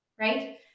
right